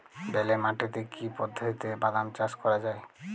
বেলে মাটিতে কি পদ্ধতিতে বাদাম চাষ করা যায়?